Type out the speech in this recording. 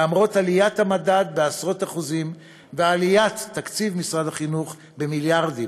למרות עליית המדד בעשרות אחוזים ועליית תקציב משרד החינוך במיליארדים,